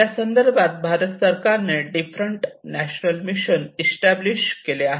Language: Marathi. त्यासंदर्भात भारत सरकारने डिफरंट नॅशनल मिशन इस्टॅब्लिश केले आहेत